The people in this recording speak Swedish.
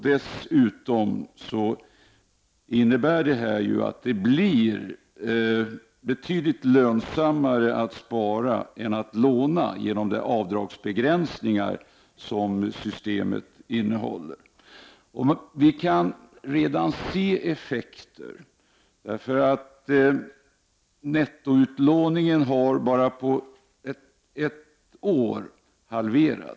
Dessutom blir det genom de avdragsbegränsningar som systemet innehåller betydligt lönsammare att spara än att låna. Vi kan redan se effekter av det. Nettoutlåningen har halverats på bara ett år.